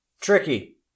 Tricky